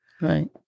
right